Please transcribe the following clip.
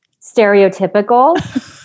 stereotypical